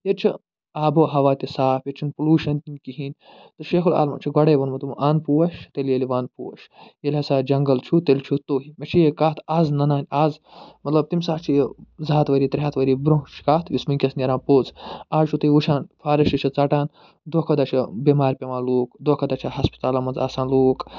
ییٚتہِ چھُ آب و ہوا تہِ صاف ییٚتہِ چھُنہٕ پُلوٗشن تہِ نہٕ کِہیٖنۍ تہٕ شیخُ العالمن چھُ گۄڈَے ووٛنمُت دوٚپُن اَن پوش تیٚلہِ ییٚلہِ وَن پوش ییٚلہِ ہَسا جنٛگل چھُ تیٚلہِ چھُ تُہۍ مےٚ چھِ یہِ کتھ آز ننان آز مطلب تَمہِ ساتہٕ چھُ یہِ زٕ ہتھ ؤری ترٛےٚ ہتھ ؤری برٛونٛہٕچ کتھ یُس وٕنۍکٮ۪س نیران پوٚز آز چھُو تۄہہِ وٕچھان فارٮ۪سٹ چھِ ژٹان دۄہ کھۄ دۄہ چھِ بٮ۪مارِ پٮ۪وان لُکھ دۄہ کھۄ دۄہ چھِ ہسپتالن منٛز آسان لوٗک